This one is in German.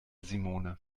simone